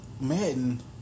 Madden